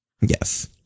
Yes